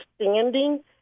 understanding